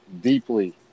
deeply